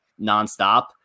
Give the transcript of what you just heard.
nonstop